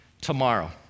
tomorrow